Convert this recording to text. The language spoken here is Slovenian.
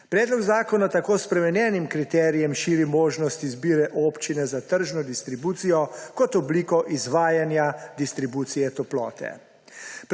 Predlog zakona tako s spremenjenim kriterijem širi možnost izbire občine za tržno distribucijo kot obliko izvajanja distribucije toplote.